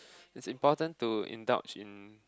it's important to indulge in